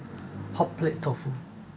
hotplate tofu